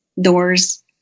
doors